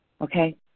okay